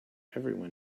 everyone